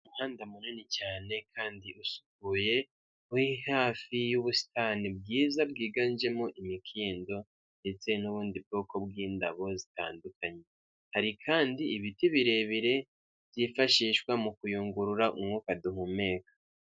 Umuhanda munini cyane kandi usukuye, uri hafi y'ubusitani bwiza bwiganjemo imikindo ndetse n'ubundi bwoko bw'indabo zitandukanye, hari kandi ibiti birebire byifashishwa mu kuyungurura umwuka duhumeka.